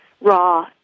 raw